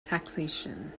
taxation